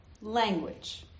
language